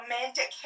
romantic